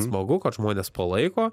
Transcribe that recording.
smagu kad žmonės palaiko